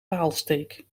paalsteek